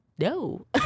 No